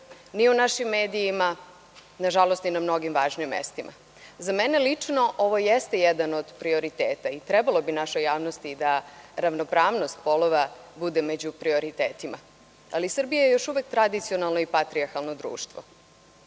ni u našim medijima, a nažalost ni na mnogim važnim mestima. Za mene lično ovo jeste jedan od prioriteta i trebalo bi našoj javnosti da ravnopravnost polova bude među prioritetima, ali Srbija je još uvek tradicionalno i patrijarhalno društvo. Moramo